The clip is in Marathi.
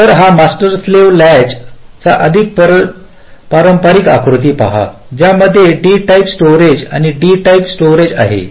तर हा मास्टर स्लेव्ह लॅचचा अधिक पारंपारिक आकृती आहे ज्यामध्ये D टाइप स्टोरेज आणि दुसरे D टाइप स्टोरेज आहे